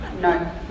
No